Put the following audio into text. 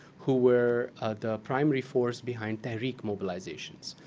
who were the primary force behind tehreek mobilizations.